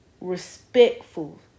Respectful